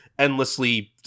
endlessly